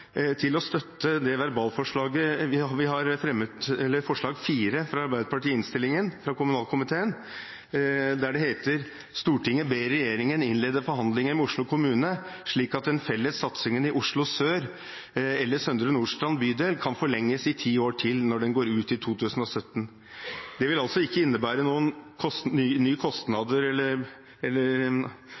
til å støtte forslag nr. 4, fra Arbeiderpartiet, i innstillingen fra kommunal- og forvaltningskomiteen, der det heter: «Stortinget ber regjeringen innlede forhandlinger med Oslo kommune, slik at den felles satsingen i Oslo Sør eller Søndre Nordstrand bydel kan forlenges i ti år til når den går ut i 2017.» Det vil altså ikke innebære noen nye kostnader